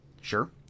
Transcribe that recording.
Sure